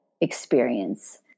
experience